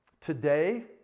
today